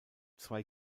zwei